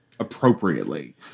Appropriately